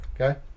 okay